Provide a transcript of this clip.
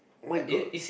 my glass